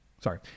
sorry